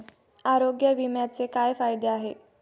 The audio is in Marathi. आरोग्य विम्याचे काय फायदे आहेत?